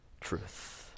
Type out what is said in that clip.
truth